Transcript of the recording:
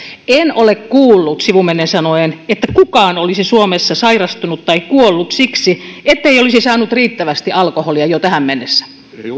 en ole kuullut sivumennen sanoen että kukaan olisi suomessa sairastunut tai kuollut siksi ettei olisi saanut riittävästi alkoholia jo tähän mennessä